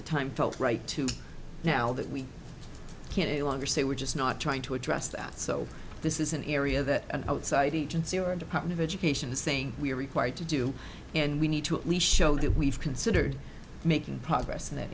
time felt right to now that we can't any longer say we're just not trying to address that so this is an area that an outside agency or department of education is saying we are required to do and we need to at least show that we've considered making progress in that